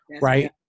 right